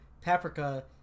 Paprika